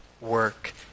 work